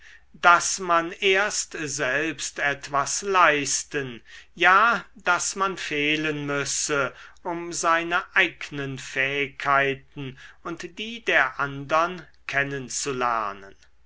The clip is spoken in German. daß man erst selbst etwas leisten ja daß man fehlen müsse um seine eignen fähigkeiten und die der andern